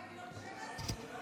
אבל עם שיר של נעמי שמר הפעם.